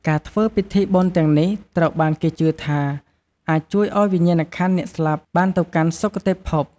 ការធ្វើពិធីបុណ្យទាំងនេះត្រូវបានគេជឿថាអាច ជួយឱ្យវិញ្ញាណក្ខន្ធអ្នកស្លាប់បានទៅកាន់សុគតិភព។